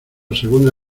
segunda